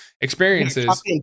experiences